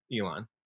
Elon